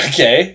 Okay